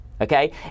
Okay